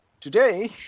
today